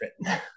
written